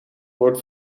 wordt